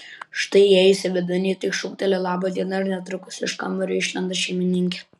štai įėjusi vidun ji tik šūkteli laba diena ir netrukus iš kambario išlenda šeimininkė